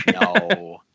No